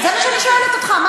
זה מה שאני שואלת אותך.